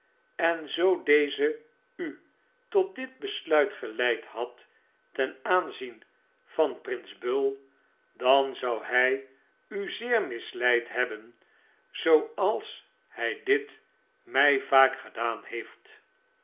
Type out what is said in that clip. en zoo deze u tot dit besluit geleid had ten aanzien van prins bull dan zou hij u zeer misleid hebben zooals hy dit mij vaak gedaan heeft